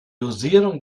dosierung